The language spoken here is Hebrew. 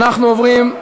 אנחנו עוברים,